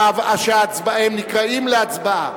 הם נקראים להצבעה,